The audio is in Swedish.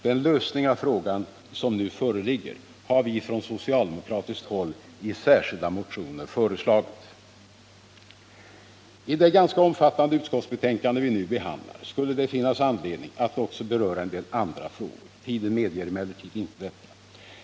Den lösning av frågan som nu föreligger har vi från socialdemokratiskt håll i särskilda motioner föreslagit. I det ganska omfattande utskottsbetänkande som vi nu behandlar skulle det finnas anledning att också beröra en del andra frågor. Tiden medger emellertid inte detta.